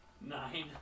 Nine